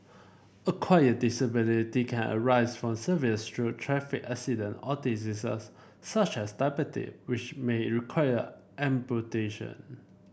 acquired disability can arise from severe stroke traffic accident or diseases such as diabete which may require amputation